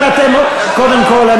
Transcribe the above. קודם כול,